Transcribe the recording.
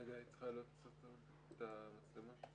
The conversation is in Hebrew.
רגע, היא צריכה להפעיל את המצלמה.